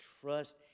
trust